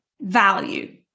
value